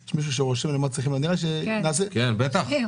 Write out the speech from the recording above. כן, בטח.